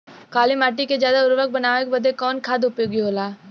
काली माटी के ज्यादा उर्वरक बनावे के बदे कवन खाद उपयोगी होला?